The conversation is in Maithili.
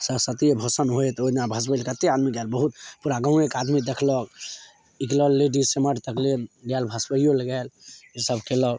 सरस्वती भसाउन होइए तऽ ओहिमे भसबैले कतेक आदमी गेल बहुत पूरा गामेके आदमी देखलक निकलल लेडिज एम्हर तकले गेल भसबैओ लेल गेल ओसभ कएलक